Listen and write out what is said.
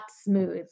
smooth